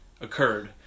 occurred